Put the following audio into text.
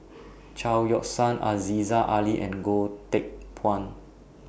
Chao Yoke San Aziza Ali and Goh Teck Phuan